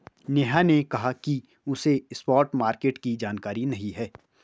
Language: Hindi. नेहा ने कहा कि उसे स्पॉट मार्केट की जानकारी नहीं है